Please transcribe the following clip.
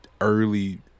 early